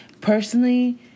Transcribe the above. personally